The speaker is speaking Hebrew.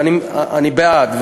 ואני בעד.